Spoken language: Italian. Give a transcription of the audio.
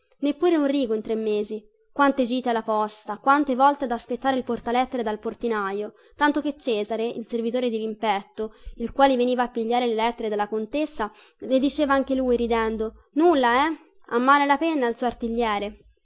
neppure un rigo in tre mesi quante gite alla posta quante volte ad aspettare il portalettere dal portinaio tanto che cesare il servitore dirimpetto il quale veniva a pigliare le lettere della contessa le diceva anche lui ridendo nulla eh ha male alla penna il suo artigliere